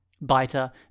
Biter